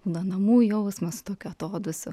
na namų jausmas tokiu atodūsiu